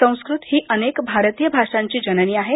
संस्कृत ही अनेक भारतीय भाषांची जननी आहे